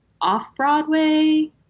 Off-Broadway